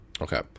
Okay